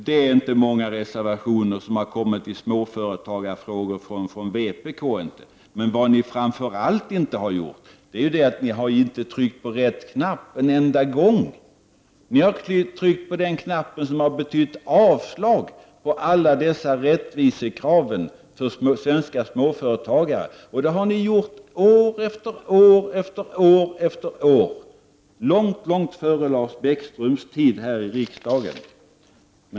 Det finns inte många reservationer som rör småföretagarfrågor från vpk. Däremot har ni inte tryckt på rätt knapp en enda gång. Ni har tryckt på den knapp som har betytt avslag på alla rättvisekrav som rör svenska småföretagare. Det har ni gjort år efter år efter år, långt före Lars Bäckströms tid här i riksdagen.